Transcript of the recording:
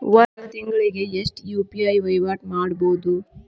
ಒಂದ್ ತಿಂಗಳಿಗೆ ಎಷ್ಟ ಯು.ಪಿ.ಐ ವಹಿವಾಟ ಮಾಡಬೋದು?